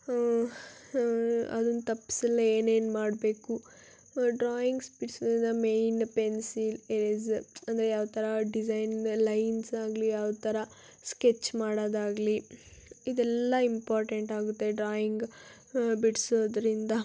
ಅದನ್ನು ತಪ್ಸಲು ಏನೇನು ಮಾಡಬೇಕು ನಾವು ಡ್ರಾಯಿಂಗ್ಸ್ ಬಿಡ್ಸುವಾಗ ಮೇನ್ ಪೆನ್ಸಿಲ್ ಎರೇಸರ್ ಅಂದರೆ ಯಾವ ಥರ ಡಿಸೈನ್ ಲೈನ್ಸ್ ಆಗಲಿ ಯಾವ ಥರ ಸ್ಕೆಚ್ ಮಾಡೋದಾಗಲಿ ಇದೆಲ್ಲ ಇಂಪಾರ್ಟೆಂಟ್ ಆಗುತ್ತೆ ಡ್ರಾಯಿಂಗ್ ಬಿಡಿಸೋದ್ರಿಂದ